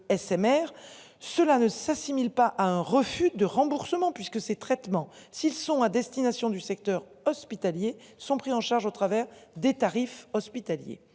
cela ne s'assimilent pas à un refus de remboursement puisque ces traitements s'ils sont à destination du secteur hospitalier sont pris en charge au travers des tarifs hospitaliers